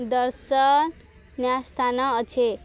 ଦର୍ଶନ୍ୟ ସ୍ଥାନ ଅଛି